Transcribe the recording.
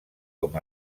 com